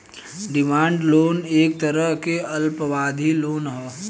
demand loan एक तरह के अल्पावधि लोन ह